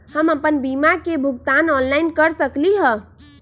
हम अपन बीमा के भुगतान ऑनलाइन कर सकली ह?